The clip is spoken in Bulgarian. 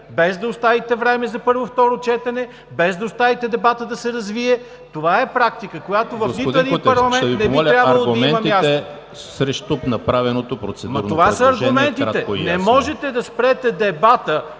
без да оставите време за първо и второ четене, без да оставите дебатът да се развие! Това е практика, която в един парламент не би трябвало да има място.